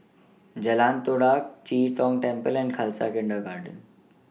Jalan Todak Chee Tong Temple and Khalsa Kindergarten